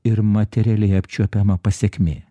ir materialiai apčiuopiama pasekmė